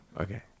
okay